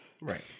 Right